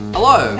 Hello